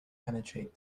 penetrate